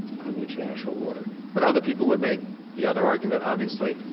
on the international order. but other people would make the other argument, obviously,